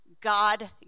God